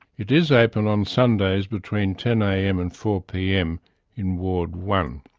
it is open on sundays between ten am and four pm in ward one.